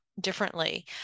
differently